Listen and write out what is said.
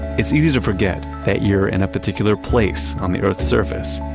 it's easy to forget that you're in a particular place on the earth's surface,